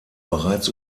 bereits